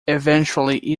eventually